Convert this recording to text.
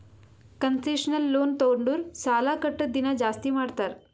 concessional loan ತೊಂಡುರ್ ಸಾಲಾ ಕಟ್ಟದ್ ದಿನಾ ಜಾಸ್ತಿ ಮಾಡ್ತಾರ್